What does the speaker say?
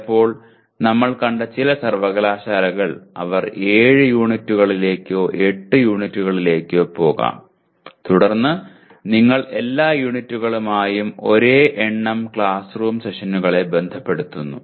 ചിലപ്പോൾ നമ്മൾ കണ്ട ചില സർവകലാശാലകൾ അവർ 7 യൂണിറ്റുകളിലേക്കോ 8 യൂണിറ്റുകളിലേക്കോ പോകാം തുടർന്ന് നിങ്ങൾ എല്ലാ യൂണിറ്റുകളുമായും ഒരേ എണ്ണം ക്ലാസ് റൂം സെഷനുകളെ ബന്ധപ്പെടുത്തുന്നു